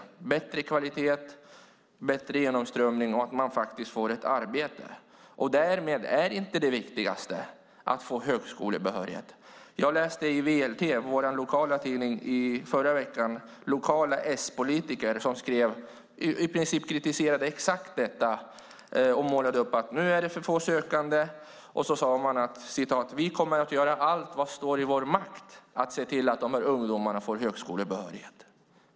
Det ska vara bättre kvalitet, bättre genomströmning och därefter ett arbete. Därmed är inte det viktigaste att få högskolebehörighet. Jag läste i VLT, vår lokala tidning, i förra veckan att lokala S-politiker kritiserade och målade upp att det var för få sökande. De hävdade att de kommer att göra allt som står i deras makt för att se till att ungdomarna får högskolebehörighet.